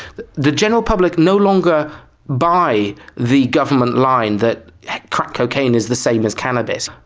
the the general public no longer buy the government line that crack cocaine is the same as cannabis.